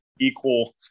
equal